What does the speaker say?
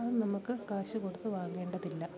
അത് നമുക്ക് കാശ് കൊടുത്ത് വാങ്ങേണ്ടതില്ല